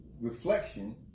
reflection